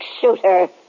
shooter